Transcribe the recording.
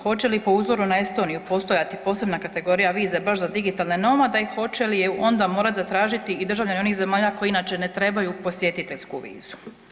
Hoće li po uzoru na Estoniju postojati posebna kategorija vize baš za digitalne nomade i hoće li je onda morat zatražiti i državljani onih zemalja koji inače ne trebaju posjetiteljsku vizu?